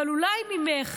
אבל אולי ממך,